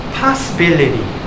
possibility